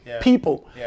people